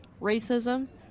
racism